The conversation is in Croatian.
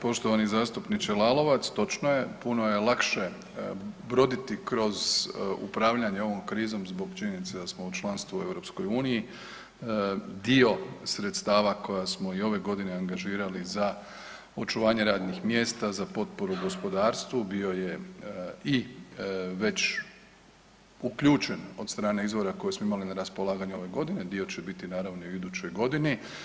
Poštovani zastupniče Lalovac, točno je, puno je lakše broditi kroz upravljanje ovom krizom zbog činjenice da smo u članstvu u EU, dio sredstava koja smo i ove godine angažirali za očuvanje radnih mjesta, za potporu gospodarstvu, bio je i već uključen od strane izvora koje smo imali na raspolaganju ove godine, dio će biti naravno i u idućoj godini.